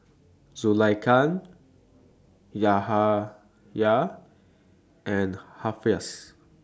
Zulaikha Yahaya and Hafsa